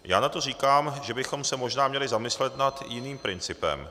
Já na to říkám, že bychom se možná měli zamyslet nad jiným principem.